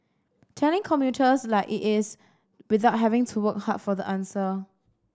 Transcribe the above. telling commuters like it is without having to work hard for the answer